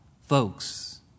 folks